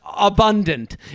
abundant